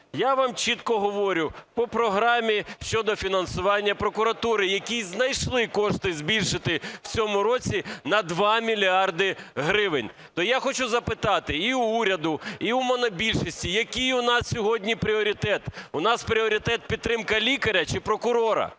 Я вам чітко говорю: у програмі щодо фінансування прокуратури, якій знайшли кошти збільшити в цьому році на 2 мільярди гривень. То я хочу запитати і в уряду, і в монобільшості, який у нас сьогодні пріоритет? У нас пріоритет – підтримка лікаря чи прокурора?